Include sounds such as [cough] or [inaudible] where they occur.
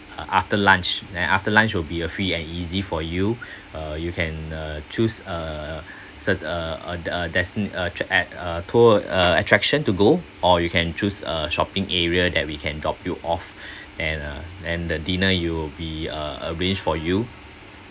after lunch then after lunch will be a free and easy for you [breath] uh you can uh choose uh [breath] cert~ uh uh uh uh destina~ uh at uh tour uh attraction to go or you can choose a shopping area that we can drop you off [breath] and uh and the dinner you will be uh arrange for you